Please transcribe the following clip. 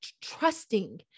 trusting